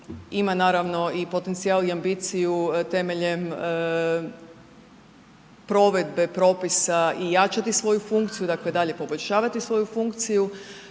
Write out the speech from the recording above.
ima naravno i potencijal i ambiciju temeljem provedbe propisa i jačati svoju funkciju, dakle i dalje poboljšavati svoju funkciju